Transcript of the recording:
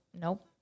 Nope